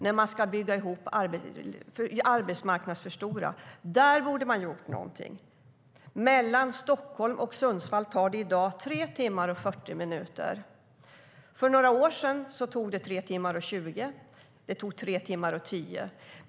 Där borde man ha gjort någonting. Mellan Stockholm och Sundsvall tar det i dag 3 timmar och 40 minuter. För några år sedan tog det 3 timmar och 20 minuter eller 3 timmar och 10 minuter.